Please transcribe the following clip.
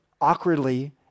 awkwardly